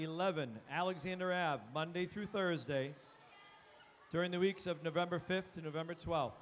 eleven alexander av monday through thursday during the weeks of november fifth